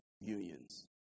unions